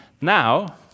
Now